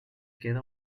queda